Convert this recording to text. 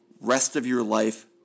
rest-of-your-life